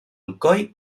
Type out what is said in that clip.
alcoi